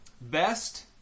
Best